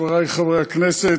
חברי חברי הכנסת,